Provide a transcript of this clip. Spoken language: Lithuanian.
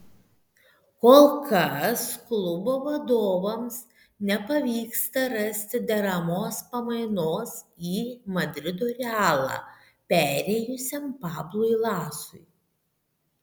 kol kas klubo vadovams nepavyksta rasti deramos pamainos į madrido realą perėjusiam pablui lasui